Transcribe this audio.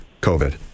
COVID